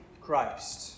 Christ